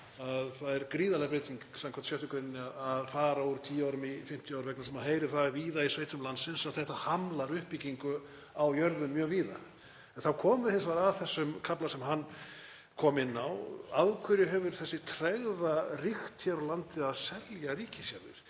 það er gríðarleg breyting skv. 6. gr. að fara úr tíu árum í 50 ár vegna þess að maður heyrir það víða í sveitum landsins að þetta hamlar uppbyggingu á jörðum mjög víða. En þá komum við hins vegar að þessum kafla sem hann kom inn á: Af hverju hefur þessi tregða ríkt hér á landi við að selja ríkisjarðir?